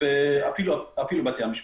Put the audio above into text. ובתי המשפט.